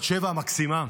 בת שבע המקסימה,